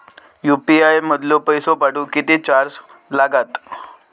UPI मधलो पैसो पाठवुक किती चार्ज लागात?